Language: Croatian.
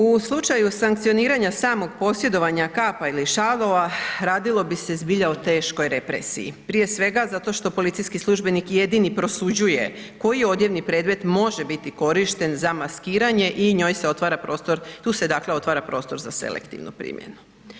U slučaju sankcioniranja samog posjedovanja kapa ili šalova, radilo bi se zbilja o teškoj represiji, prije svega zato što policijski službenik jedini prosuđuje koji odjevni predmet može biti korišten za maskiranje i njoj se otvara prostor, tu se dakle, otvara prostor za selektivnu primjenu.